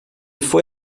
foi